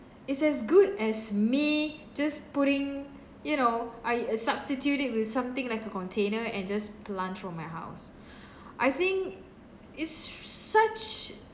it's as good as me just putting you know I uh substitute it with something like a container and just plant from my house I think it's such